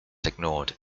ignored